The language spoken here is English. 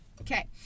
Okay